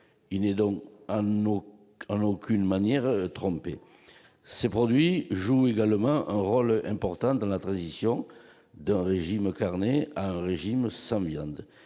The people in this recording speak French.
Il n'est donc en aucune manière trompé. Ces produits jouent également un rôle important dans la transition d'un régime carné à un régime sans viande.